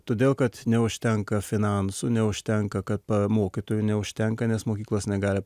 todėl kad neužtenka finansų neužtenka kad mokytojų neužtenka nes mokyklos negali